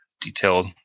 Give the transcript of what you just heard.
detailed